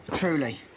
Truly